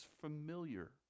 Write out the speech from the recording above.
familiar